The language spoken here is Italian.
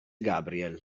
gabriel